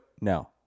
no